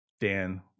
Dan